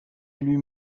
élu